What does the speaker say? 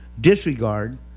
disregard